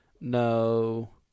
No